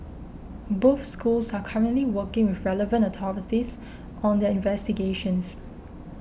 both schools are currently working with relevant authorities on their investigations